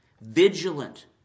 Vigilant